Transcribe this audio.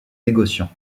négociant